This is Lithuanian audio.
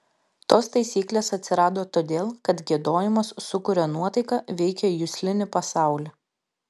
tos taisyklės atsirado todėl kad giedojimas sukuria nuotaiką veikia juslinį pasaulį